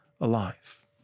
alive